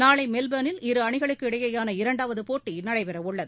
நாளை மெல்போனில் இரு அணிகளுக்கு இடையேயான இரண்டாவது போட்டி நடைபெற உள்ளது